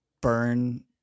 burn